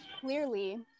clearly